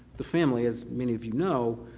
the family, as many of you know,